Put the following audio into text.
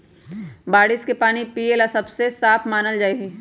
बारिश के पानी पिये ला सबसे साफ मानल गेलई ह